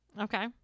Okay